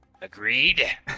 Agreed